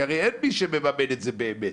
כי הרי אין מי שמממן את זה באמת.